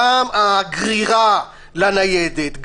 גם הגרירה לניידת,